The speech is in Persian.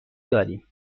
داریم